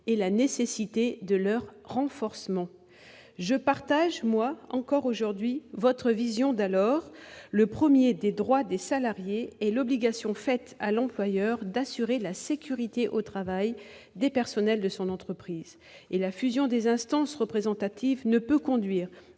et la nécessité de leur renforcement. Aujourd'hui encore, quant à moi, je partage votre vision d'alors : le premier des droits des salariés est l'obligation faite à l'employeur d'assurer la sécurité au travail des personnels de son entreprise. Et la fusion des instances représentatives ne peut conduire